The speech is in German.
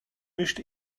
mischt